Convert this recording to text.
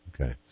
Okay